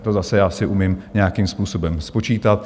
To zase si umím nějakým způsobem spočítat.